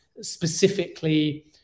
specifically